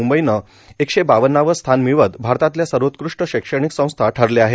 मुंबईनं एकशे बावन्नावं स्थान मिळवत भारतातल्या सर्वोत्कृष्ट शैक्षणिक संस्था ठरल्या आहे